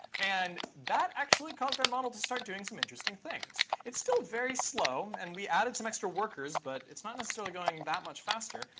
and that actually caused our model to start doing some interesting things. it's still very slow, and we added some extra workers, but it's not necessarily going that much faster.